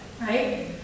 right